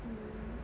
mm